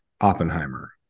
Oppenheimer